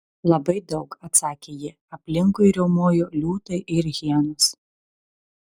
labai daug atsakė ji aplinkui riaumojo liūtai ir hienos